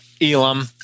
Elam